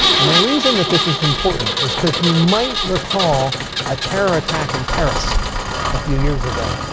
and the reason that this is important is because you might recall a terror attack in paris a few years ago.